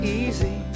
easy